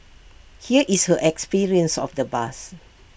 here is her experience of the bus